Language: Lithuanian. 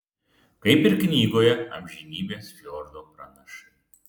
kaip ir knygoje amžinybės fjordo pranašai